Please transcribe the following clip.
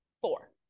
four